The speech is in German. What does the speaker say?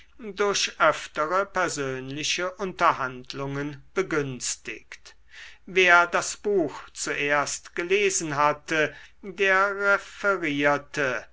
durch öftere persönliche unterhandlungen begünstigt wer das buch zuerst gelesen hatte der